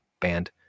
band